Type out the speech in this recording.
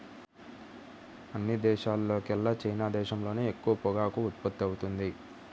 అన్ని దేశాల్లోకెల్లా చైనా దేశంలోనే ఎక్కువ పొగాకు ఉత్పత్తవుతుంది